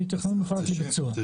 לתכנון מפורט לביצוע.